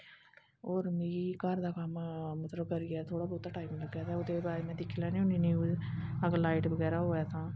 औऱ मिगी घर दा कम मतलब करियै थोह्ड़ा बहूता टाइम लग्गे ते अगर लाइट बगैरा होऐ ते